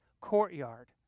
courtyard